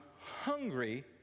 hungry